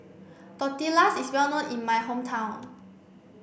Tortillas is well known in my hometown